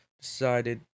decided